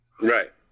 Right